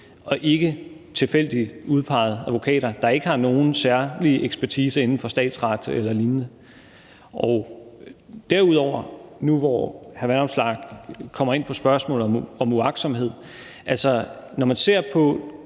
og ikke tilfældigt udpegede advokater, der ikke har nogen særlig ekspertise inden for statsret eller lignende. Og derudover – nu hvor hr. Alex Vanopslagh kommer ind på spørgsmålet om uagtsomhed – når man ser på